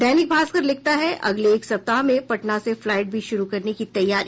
दैनिक भास्कर लिखता है अगले एक सप्ताह में पटना से फ्लाईट भी शुरू करने की तैयारी